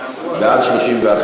31 בעד,